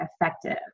effective